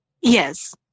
Yes